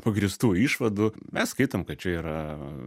pagrįstų išvadų mes skaitom kad čia yra